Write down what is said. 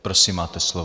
Prosím, máte slovo.